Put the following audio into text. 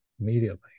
immediately